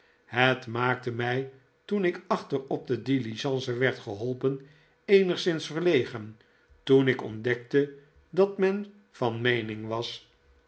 het maakte mij toen ik achter op de diligence werd geholpen eenigszins verlegen toen ik ontdekte dat men van meening was